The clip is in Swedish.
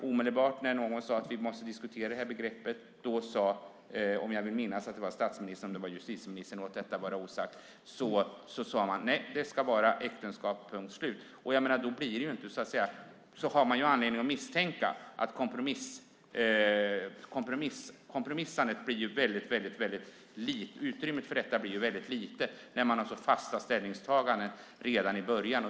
Omedelbart när någon sade att vi måste diskutera det begreppet sade man - jag tror att det var statsministern eller justitieministern - att det ska vara äktenskap, punkt slut. Man har anledning att misstänka att utrymmet för att kompromissa blir väldigt litet när man har så fasta ställningstaganden redan i början.